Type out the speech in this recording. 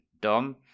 Dom